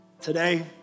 Today